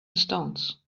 stones